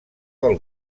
del